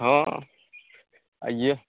हाँ आइए